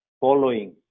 following